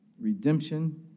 redemption